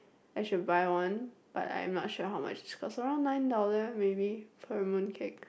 I should buy one but I'm not sure how much it's cost around nine dollar maybe per moon cake